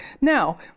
Now